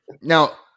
now